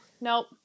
nope